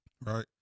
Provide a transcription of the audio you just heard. Right